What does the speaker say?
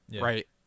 right